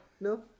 No